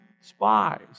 spies